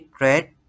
red